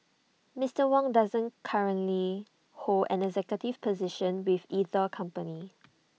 Mister Wang doesn't currently hold an executive position with either company